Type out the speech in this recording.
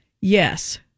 Yes